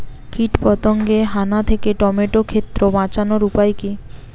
কীটপতঙ্গের হানা থেকে টমেটো ক্ষেত বাঁচানোর উপায় কি?